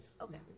Okay